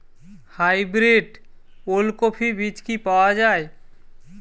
Hybrid ওলকফি বীজ কি পাওয়া য়ায়?